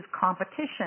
competition